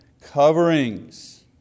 coverings